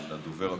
של הדובר הקודם,